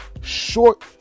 short